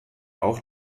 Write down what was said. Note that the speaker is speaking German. auch